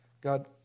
God